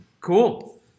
Cool